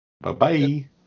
Bye-bye